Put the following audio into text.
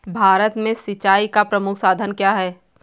भारत में सिंचाई का प्रमुख साधन क्या है?